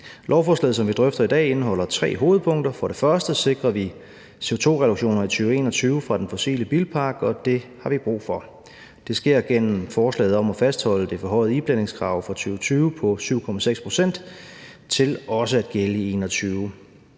Lovforslaget, som vi drøfter i dag, indeholder tre hovedpunkter. For det første sikrer vi CO2-reduktioner i 2021 fra den fossile bilpark, og det har vi brug for. Det sker gennem forslaget om at fastholde det forhøjede iblandingskrav for 2020 på 7,6 pct. til også at gælde i 2021.